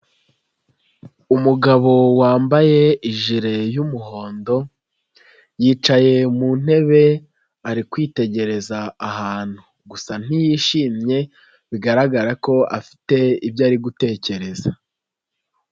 uUmugabo wambaye ijile y'umuhondo, yicaye mu ntebe, ari kwitegereza ahantu. Gusa ntiyishimye, bigaragara ko afite ibyo ari gutekereza.